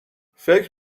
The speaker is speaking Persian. فکر